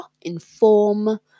inform